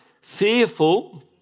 fearful